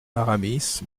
aramis